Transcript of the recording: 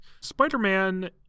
Spider-Man